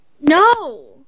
No